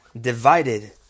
divided